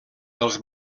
dels